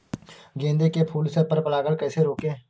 गेंदे के फूल से पर परागण कैसे रोकें?